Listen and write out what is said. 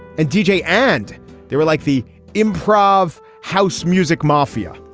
and deejay. and they were like the improv house music mafia.